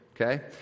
okay